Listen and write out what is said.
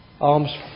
arms